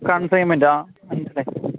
consignment ആ അതുതന്നെ